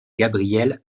gabriel